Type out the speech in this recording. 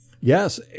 Yes